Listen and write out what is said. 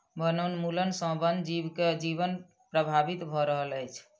वनोन्मूलन सॅ वन जीव के जीवन प्रभावित भ रहल अछि